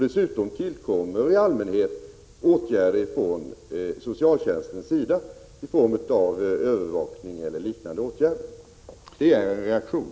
Dessutom tillkommer i allmänhet åtgärder från socialtjänstens sida i form av övervakning eller liknande åtgärder. Det är en reaktion.